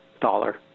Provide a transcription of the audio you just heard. dollar